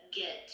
get